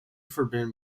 forbidden